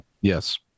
Yes